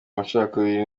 amacakubiri